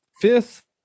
fifth